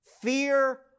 Fear